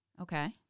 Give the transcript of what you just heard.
Okay